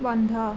বন্ধ